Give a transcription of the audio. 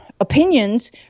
opinions